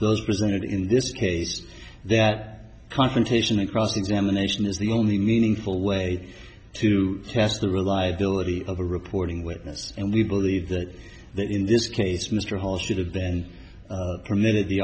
those presented in this case that confrontation across the examination is the only meaningful way to test the reliability of a reporting witness and we believe that that in this case mr hall should have been permitted the